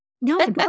no